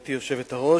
גברתי היושבת-ראש,